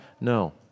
No